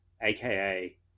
aka